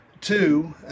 Two